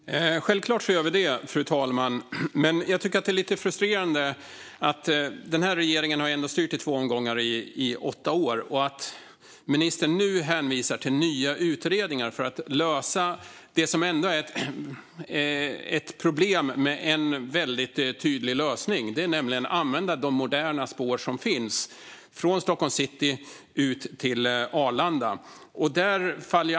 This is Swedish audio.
Fru talman! Självklart gör vi det. Det är dock lite frustrerande; den här regeringen har ändå styrt i två omgångar, i åtta år. Nu hänvisar ministern till nya utredningar för att lösa ett problem som har en väldigt tydlig lösning: att använda de moderna spår som finns från Stockholms city ut till Arlanda.